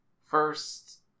First